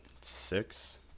six